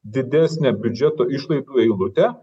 didesnę biudžeto išlaidų eilutę